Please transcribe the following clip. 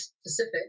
specific